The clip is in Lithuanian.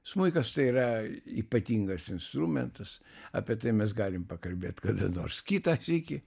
smuikas tai yra ypatingas instrumentas apie tai mes galim pakalbėt kada nors kitą sykį